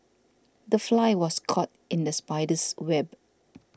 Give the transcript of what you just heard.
the fly was caught in the spider's web